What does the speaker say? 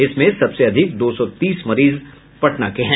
इसमें सबसे अधिक दो सौ तीस मरीज पटना के हैं